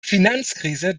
finanzkrise